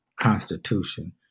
constitution